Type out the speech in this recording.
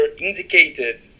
indicated